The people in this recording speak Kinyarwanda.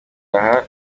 aha